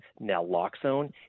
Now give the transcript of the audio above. naloxone